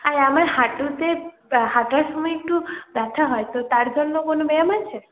আর আমার হাঁটুতে হাঁটার সময় একটু ব্যথা হয় তো তার জন্য কোনো ব্যায়াম আছে